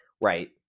Right